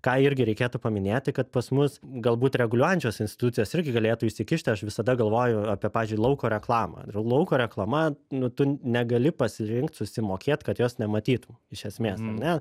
ką irgi reikėtų paminėti kad pas mus galbūt reguliuojančios institucijos irgi galėtų įsikišti aš visada galvoju apie pavyzdžiui lauko reklamą lauko reklama nu tu negali pasirinkt susimokėt kad jos nematytum iš esmės ar ne